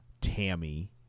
Tammy